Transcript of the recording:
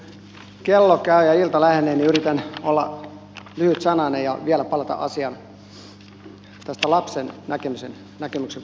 kun kello käy ja ilta lähenee niin yritän olla lyhytsanainen ja vielä palata asiaan tästä lapsen näkemyksen kulmasta